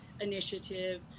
initiative